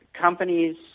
companies